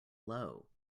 low